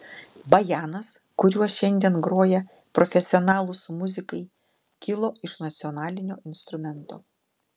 bajanas kuriuo šiandien groja profesionalūs muzikai kilo iš nacionalinio instrumento